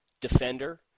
defender